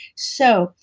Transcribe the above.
so,